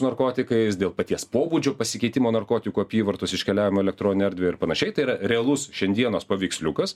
narkotikais dėl paties pobūdžio pasikeitimo narkotikų apyvartos iškeliavimo į elektroninę erdvę ir panašiai tai yra realus šiandienos paveiksliukas